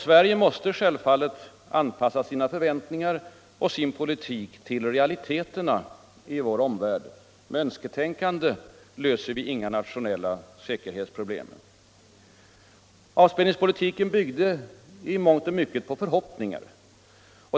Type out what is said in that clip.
Sverige måste självfallet anpassa sina förväntningar och sin politik till realiteterna i vår omvärld. Med önsketänkande löser vi inga nationella säkerhetsproblem. Avspänningspolitiken byggde i mångt och mycket på förhoppningar.